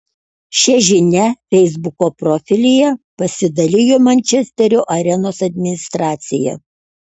šia žinia feisbuko profilyje pasidalijo mančesterio arenos administracija